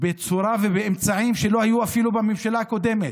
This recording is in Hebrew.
בצורה ובאמצעים שלא היו אפילו בממשלה הקודמת.